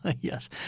Yes